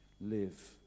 Live